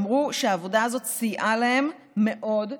אמרו שהעבודה הזאת סייעה להם מאוד,